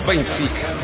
Benfica